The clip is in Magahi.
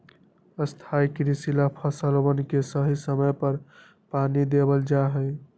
स्थाई कृषि ला फसलवन के सही समय पर पानी देवल जा हई